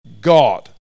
God